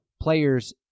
players